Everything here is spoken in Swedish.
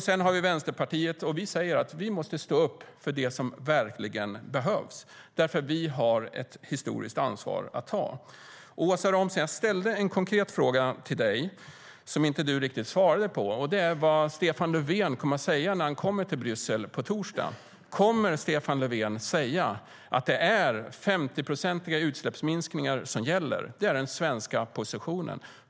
Sedan har vi Vänsterpartiet, och vi säger att vi måste stå upp för det som verkligen behövs eftersom vi har ett historiskt ansvar att ta. Åsa Romson! Jag ställde ett par konkreta frågor till dig som du inte riktigt svarade på. Vad kommer Stefan Löfven att säga när han kommer till Bryssel på torsdag? Kommer Stefan Löfven att säga att det är 50-procentiga utsläppsminskningar som gäller och att det är den svenska positionen?